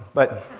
but.